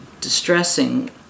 distressing